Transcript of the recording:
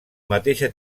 mateixa